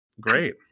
Great